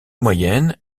moyenne